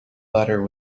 butter